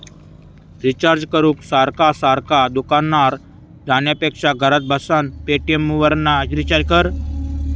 recharge करूक सारखा सारखा दुकानार जाण्यापेक्षा घरात बसान पेटीएमवरना रिचार्ज कर